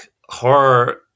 horror